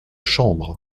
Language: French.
chambre